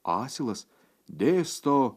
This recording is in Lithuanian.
asilas dėsto